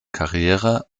karriere